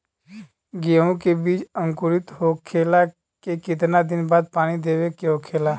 गेहूँ के बिज अंकुरित होखेला के कितना दिन बाद पानी देवे के होखेला?